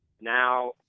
now